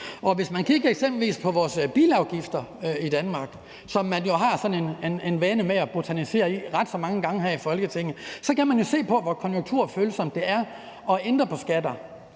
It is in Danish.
Hvis man eksempelvis kigger på vores bilafgifter i Danmark, som man jo har en vane med at botanisere ret så meget i her i Folketinget, så kan man jo se, hvor konjunkturfølsomt det er at ændre på skatter.